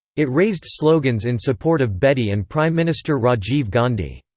it raised slogans in support of bedi and prime minister rajiv gandhi.